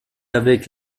avec